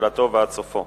מתחילתו ועד סופו.